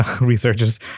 researchers